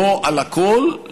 לא על הכול,